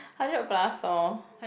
hundred plus lor